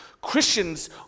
Christians